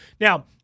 Now